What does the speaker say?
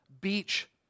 beach